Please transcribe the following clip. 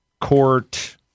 court